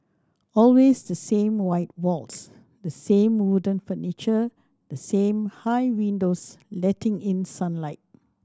always the same white walls the same wooden furniture the same high windows letting in sunlight